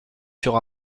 sur